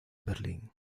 berlin